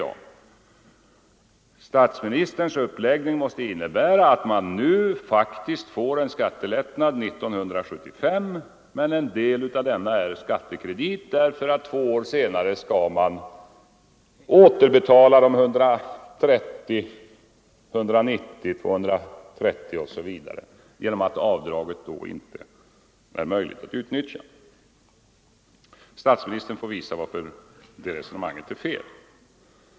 Statsministerns uppläggning måste innebära att man faktiskt får en skattelättnad under 1975, men en del av denna är skattekredit därför att två år senare skall man återbetala 130, 190, 290 kronor osv. genom att det då inte är möjligt att göra avdrag för sjukförsäkringsavgiften. Statsministern får visa varför det resonemanget är felaktigt.